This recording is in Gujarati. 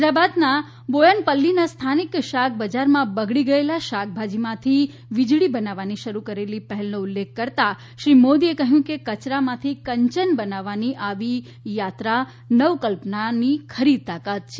હૈદરાબાદના બોથિનપલ્લીના સ્થાનિક શાકબજારમાં બગડી ગયેલા શાકભાજીમાંથી વિજળી બનાવવાની શરૂ કરેલી પહેલનો ઉલ્લેખ કરતાં શ્રી મોદીએ કહ્યું કે કચરામાંથી કંચન બનાવવાની આવી યાત્રા નવકલ્પનાની ખરી તાકાત છે